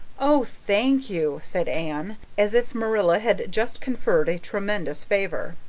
oh, thank you, said anne, as if marilla had just conferred a tremendous favor,